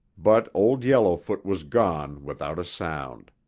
but old yellowfoot was gone without a sound.